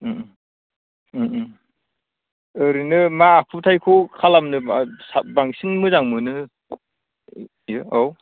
ओरैनो मा आखुथायखौ खालामनो बांसिन मोजां मोनो बियो औ